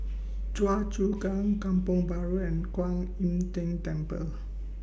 Choa Chu Kang Kampong Bahru and Kwan Im Tng Temple